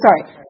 sorry